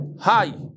Hi